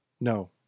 No